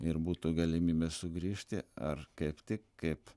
ir būtų galimybė sugrįžti ar kaip tik kaip